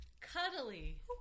Cuddly